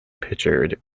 pictured